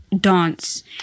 dance